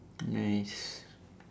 nice